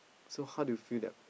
so how do you feel that